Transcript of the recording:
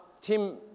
Tim